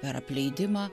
per apleidimą